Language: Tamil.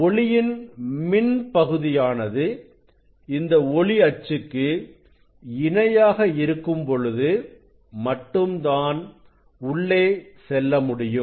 ஒளியின் மின் பகுதியானது இந்த ஒளி அச்சுக்கு இணையாக இருக்கும்பொழுது மட்டும்தான் உள்ளே செல்ல முடியும்